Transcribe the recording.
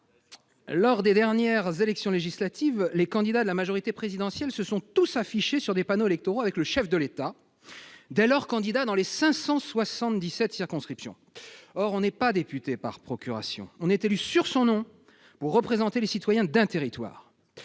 Lors des dernières élections législatives, les candidats de la majorité présidentielle se sont tous affichés sur les panneaux électoraux avec le chef de l'État, dès lors candidat dans les 577 circonscriptions. Or on n'est pas député par procuration. On est élu sur son nom pour représenter les citoyens d'un territoire.